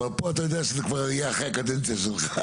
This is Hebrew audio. אבל פה אתה יודע שזה כבר יהיה אחרי הקדנציה שלך.